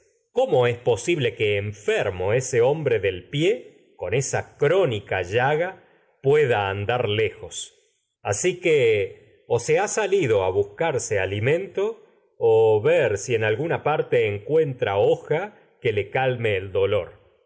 cómo posible enfermo ese hombre del pie con esa crónica llaga tfllocídíes pueda andar lejos así mento o ver si en que que o se ha salido a buscarse ali alguna parte encuentra alguna hoja a le calme el dolor